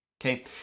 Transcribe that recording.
Okay